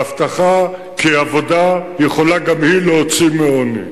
והבטחה כי עבודה יכולה גם היא להוציא מעוני.